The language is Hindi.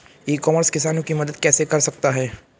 ई कॉमर्स किसानों की मदद कैसे कर सकता है?